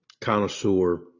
connoisseur